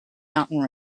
mountain